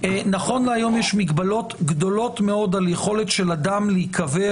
נכון להיום יש מגבלות גדולות מאוד על יכולת של אדם להיקבר